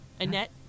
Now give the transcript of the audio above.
Annette